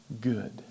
good